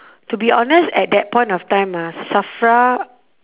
to be honest at that point of time ah safra